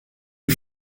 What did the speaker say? die